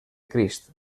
crist